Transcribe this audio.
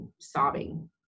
sobbing